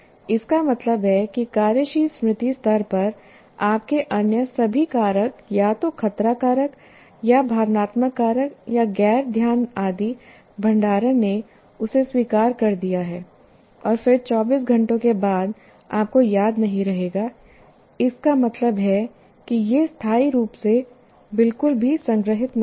इसका मतलब है कि कार्यशील स्मृति स्तर पर आपके अन्य सभी कारक या तो खतरा कारक या भावनात्मक कारक या गैर ध्यान आदि भंडारण ने उसे अस्वीकार कर दिया है और फिर 24 घंटों के बाद आपको याद नहीं रहेगा इसका मतलब है कि यह स्थायी रूप से बिल्कुल भी संग्रहीत नहीं है